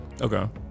okay